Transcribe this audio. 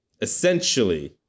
essentially